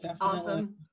Awesome